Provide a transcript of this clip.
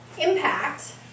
Impact